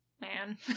man